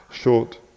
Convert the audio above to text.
short